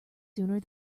sooner